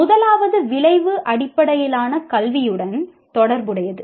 முதலாவது விளைவு அடிப்படையிலான கல்வியுடன் தொடர்புடையது